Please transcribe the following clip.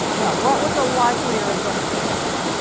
no. what was a like lier identification?